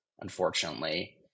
unfortunately